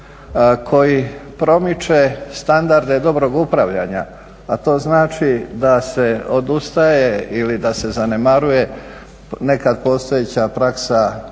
koji promiče standarde dobrog upravljanja, a to znači da se odustaje ili da se zanemaruje neka postojeća praksa